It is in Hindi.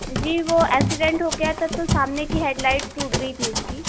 जी वो एसीडेन्ट हो गया था तो सामने की हेड लाइट टूट गई थी उसकी